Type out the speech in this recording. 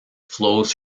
flows